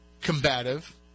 combative